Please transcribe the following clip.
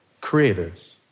creators